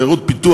עיירות פיתוח.